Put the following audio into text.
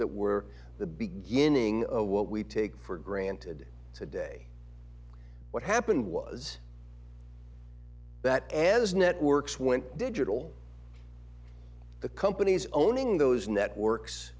that were the beginning of what we take for granted today what happened was that as networks went digital the companies owning those networks